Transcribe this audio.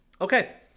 Okay